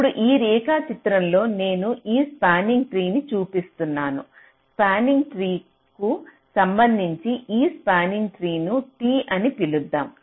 ఇప్పుడుఈ రేఖాచిత్రంలో నేను ఈ స్పానింగ్ ట్రీ చూపిస్తున్నాను స్పానింగ్ ట్రీ కు సంబంధించి ఈ స్పానింగ్ ట్రీ ను T అని పిలుద్దాం